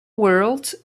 worlds